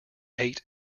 ate